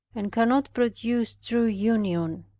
and cannot produce true union.